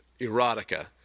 erotica